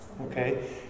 okay